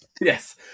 Yes